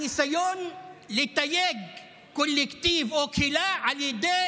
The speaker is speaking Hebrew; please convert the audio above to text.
זה ניסיון לתייג קולקטיב או קהילה על ידי